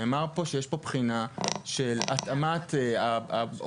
נאמר פה שיש פה בחינה של התאמת השיבוץ